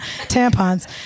tampons